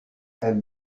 elles